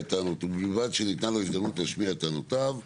"...ובלבד שניתנה לו הזדמנות להשמיע את טענותיו בעניין,